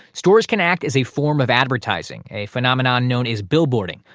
stores can act as a form of advertising, a phenomenon known as billboarding,